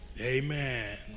Amen